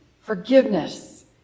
forgiveness